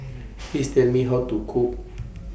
Please Tell Me How to Cook